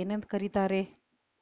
ಏನಂತ ಕರಿತಾರೇ?